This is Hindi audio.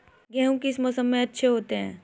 गेहूँ किस मौसम में अच्छे होते हैं?